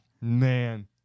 Man